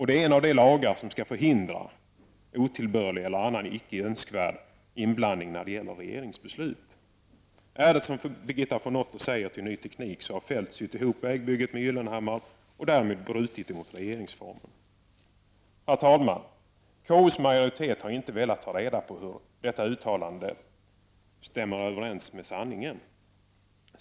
Det är en av de lagar som skall förhindra otillbörlig eller annan icke önskvärd inblandning i regeringsbeslut. Är det som Birgitta von Otter säger till Ny Teknik, så har Kjell-Olof Feldt sytt ihop vägbygget med Pehr Gyllenhammar och därmed brutit mot regeringsformen. Herr talman! KUs majoritet har inte velat få reda på om detta uttalande är sant eller ej.